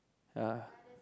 ya